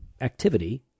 activity